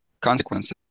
consequences